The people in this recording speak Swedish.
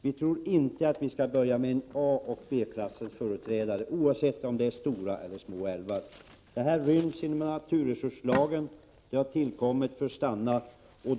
Vi tror inte att vi skall börja med ett A-lag och ett B-lag, oavsett om det gäller små eller stora älvar. De ryms inom naturresurslagen, som har kommit för att stanna.